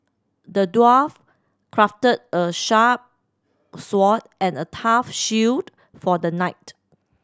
the dwarf crafted a sharp sword and a tough shield for the knight